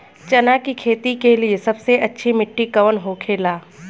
चना की खेती के लिए सबसे अच्छी मिट्टी कौन होखे ला?